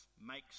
makes